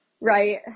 right